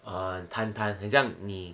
err 谈谈很像你